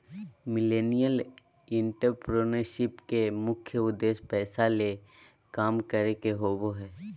millennial entrepreneurship के मुख्य उद्देश्य पैसा ले काम करे के होबो हय